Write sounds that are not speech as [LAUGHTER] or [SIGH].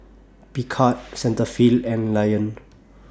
Picard [NOISE] Cetaphil and Lion